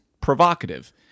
provocative